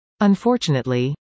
Unfortunately